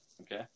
Okay